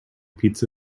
pizza